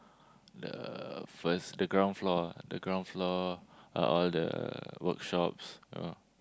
the first the ground floor the ground floor are all the work shops you know